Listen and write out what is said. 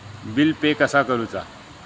Bill pay कसा करुचा?